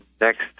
Next